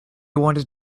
wanted